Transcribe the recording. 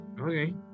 Okay